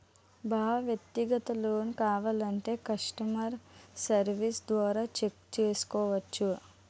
బావా వ్యక్తిగత లోన్ కావాలంటే కష్టమర్ సెర్వీస్ల ద్వారా చెక్ చేసుకోవచ్చు